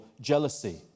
jealousy